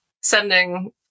sending